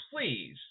please